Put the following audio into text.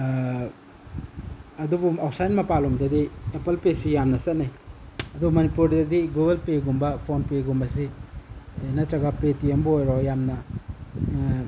ꯑꯗꯨꯕꯨ ꯑꯥꯎꯠꯁꯥꯏꯠ ꯃꯄꯥꯟꯂꯣꯝꯗꯗꯤ ꯑꯦꯄꯜ ꯄꯦꯁꯤ ꯌꯥꯝꯅ ꯆꯠꯅꯩ ꯑꯗꯨ ꯃꯅꯤꯄꯨꯔꯗꯗꯤ ꯒꯨꯒꯜ ꯄꯦꯒꯨꯝꯕ ꯐꯣꯟ ꯄꯦꯒꯨꯝꯕꯁꯤ ꯅꯠꯇ꯭ꯔꯒ ꯄꯦ ꯇꯤ ꯑꯦꯝꯕꯨ ꯑꯣꯏꯔꯣ ꯌꯥꯝꯅ